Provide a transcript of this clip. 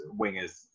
wingers